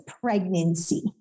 pregnancy